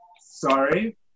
sorry